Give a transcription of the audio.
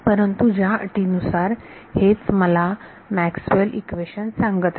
परंतु ज्या अटीनुसार हेच मला मॅक्सवेल इक्वेशन्सMaxwell's equations सांगत आहेत